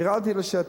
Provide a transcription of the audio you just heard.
ירדתי לשטח.